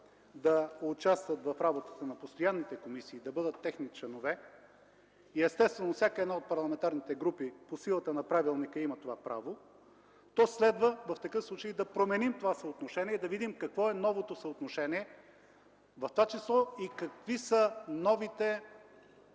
да участват в работата на постоянните комисии, да бъдат техни членове, и естествено всяка една от парламентарните групи по силата на правилника има това право, то следва в такъв случай да променим това съотношение, да видим какво е новото съотношение, в това число и каква е новата